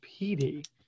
PD